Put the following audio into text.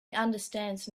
understands